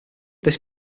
this